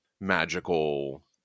magical